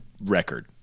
record